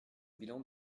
bilan